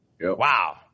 Wow